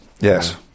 Yes